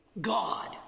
God